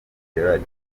gerald